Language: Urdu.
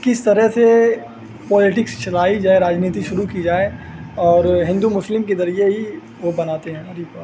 کس طرح سے پولیٹکس چلائی جائے راج نیتی شروع کی جائے اور ہندو مسلم کے ذریعے ہی وہ بناتے ہیں ہری بات